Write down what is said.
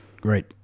Great